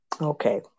Okay